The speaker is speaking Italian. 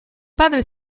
padre